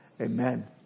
Amen